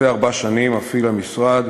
זה ארבע שנים מפעיל המשרד